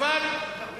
שאתה מקפח